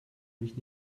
mich